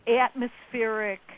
atmospheric